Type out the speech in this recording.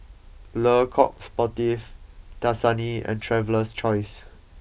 Le Coq Sportif Dasani and Traveler's Choice